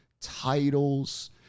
titles